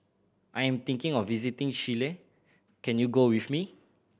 I am thinking of visiting Chile can you go with me